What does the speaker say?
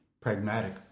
pragmatic